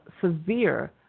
severe